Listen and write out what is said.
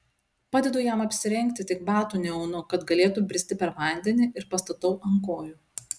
padedu jam apsirengti tik batų neaunu kad galėtų bristi per vandenį ir pastatau ant kojų